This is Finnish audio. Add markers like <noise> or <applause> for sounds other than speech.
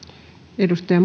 arvoisa <unintelligible>